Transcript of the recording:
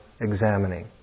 examining